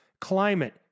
climate